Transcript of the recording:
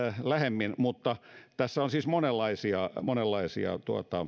lähemmin mutta tässä on siis monenlaisia monenlaisia